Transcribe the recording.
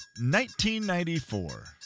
1994